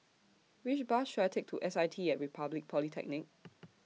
Which Bus should I Take to S I T At Republic Polytechnic